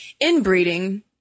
inbreeding